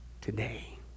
today